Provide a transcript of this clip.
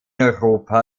europa